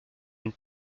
une